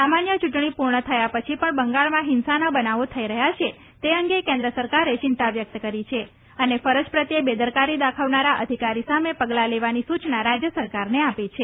સામાન્ય ચૂંટણી પૂર્ણ થયા પછી પણ બંગાળમાં હિંસાના બનાવો થઈ રહ્યા છે તે અંગે કેન્દ્ર સરકારે ચિંતા વ્યક્ત કરી છે અને ફરજ પ્રત્યે બેદરકારી દાખવનારા અધિકારી સામે પગલાં લેવાની સૂચના રાજ્ય સરકારને આપી છે